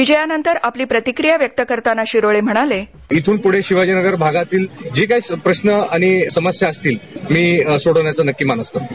विजयानंतर आपली प्रतिक्रिया व्यक्त करताना शिरोळे म्हणाले ध्वनी इथ्रन पुढे शिवाजीनगर भागातील जे काही प्रश्न आणि समस्या असतील मी सोडवण्याचा नक्की मानस करतो